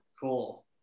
cool